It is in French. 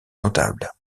notables